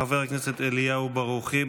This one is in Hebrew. חבר הכנסת אליהו ברוכי.